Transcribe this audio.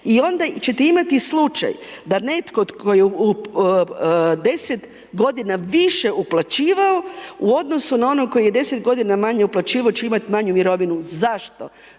i onda ćete imati slučaj da netko tko je 10 godina više uplaćivao u odnosu na onog koji je 10 godina manje uplaćivao će imati manju mirovinu. Zašto?